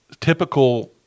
typical –